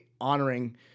honoring